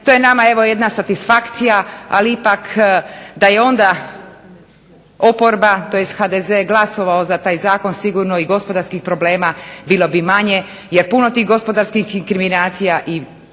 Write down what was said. To je nama jedna satisfakcija ali ipak da je onda oporba tj. HDZ glasovao za taj zakon sigurno i gospodarskih problema bilo bi manje, jer puno tih gospodarskih inkriminacija i